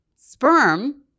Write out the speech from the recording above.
Sperm